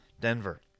Denver